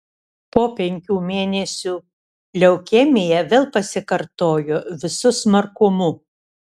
po penkių mėnesių leukemija vėl pasikartojo visu smarkumu